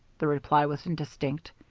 the reply was indistinct.